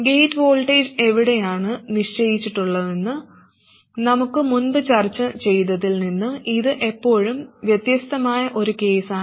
gate voltage എവിടെയാണ് നിശ്ചയിച്ചിട്ടുള്ളതെന്ന് നമ്മൾ മുമ്പ് ചർച്ച ചെയ്തതിൽ നിന്ന് ഇത് ഇപ്പോഴും വ്യത്യസ്തമായ ഒരു കേസാണ്